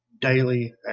daily